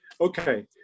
okay